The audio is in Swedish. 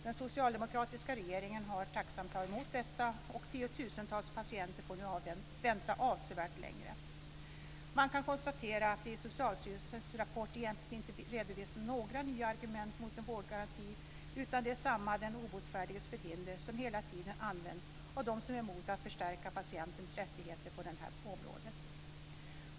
Den socialdemokratiska regeringen har tacksamt tagit emot detta, och tiotusentals patienter får nu vänta avsevärt längre. Man kan konstatera att det i Socialstyrelsens rapport egentligen inte redovisas några nya argument mot en vårdgaranti, utan det är samma den obotfärdiges förhinder som hela tiden används av dem som är emot att förstärka patientens rättigheter på detta område.